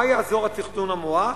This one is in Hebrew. מה יעזור התכנון המואץ?